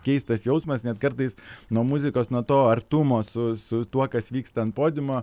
keistas jausmas net kartais nuo muzikos nuo to artumo su su tuo kas vyksta ant podiumo